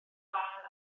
lân